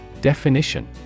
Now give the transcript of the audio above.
Definition